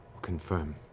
confirm.